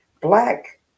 black